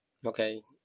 okay